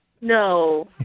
No